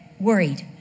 worried